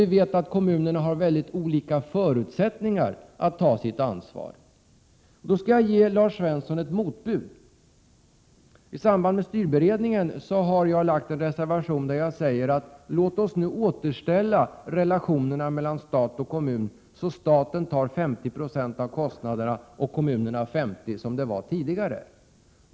Vi vet att kommunerna har väldigt olika förutsättningar att ta sitt ansvar. Jag skall ge Lars Svensson ett motbud. I samband med styrberedningen har jag avgivit en reservation där jag säger att vi nu skall återställa relationerna mellan stat och kommun, så att staten betalar 50 920 av kostnaderna och kommunerna 50 96, som det var tidigare.